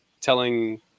telling